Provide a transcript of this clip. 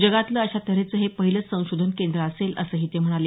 जगातलं अशा तऱ्हेचं हे पहिलंच संशोधन केंद्र असेल असंही ते म्हणाले